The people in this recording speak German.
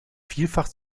vielfach